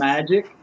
Magic